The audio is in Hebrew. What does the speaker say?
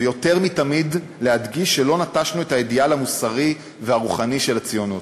ויותר מתמיד להדגיש שלא נטשנו את האידיאל המוסרי והרוחני של הציונות.